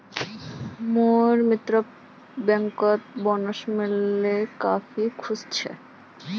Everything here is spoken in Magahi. मोर मित्रक बैंकर्स बोनस मिल ले वइ काफी खुश छ